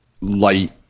light